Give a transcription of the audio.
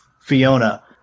Fiona